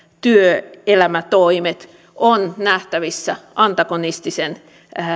työelämätoimet on nähtävissä antagonistisen